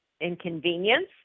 inconvenience